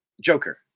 Joker